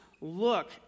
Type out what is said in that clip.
look